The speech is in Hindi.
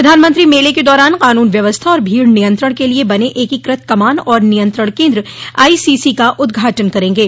प्रधानमंत्री मेले के दौरान कानून व्यवस्था और भीड़ नियंत्रण के लिये बने एकीकृत कमान और नियंत्रण केन्द्र आईसीसी का उद्घाटन करेंगे